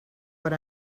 what